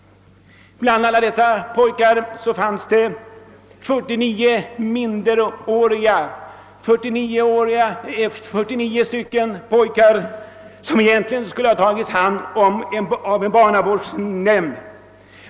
Bland alla dessa balter fanns enligt uppgift inte mindre än 49 minderåriga som egentligen skulle ha tagits om hand av barnavårdsnämnd.